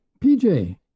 PJ